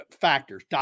factors